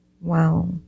Wow